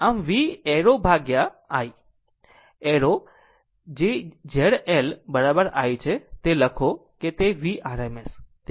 આમ V arrow ભાગ્યા I arrow જે Z L i છે તે લખો કે V RMS